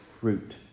fruit